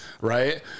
right